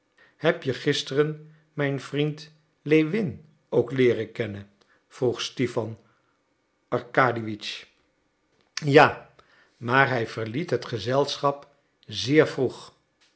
hebt ge gisteren mijn vriend lewin ook leeren kennen vroeg stipan arkadiewitsch ja maar hij verliet het gezelschap zeer vroeg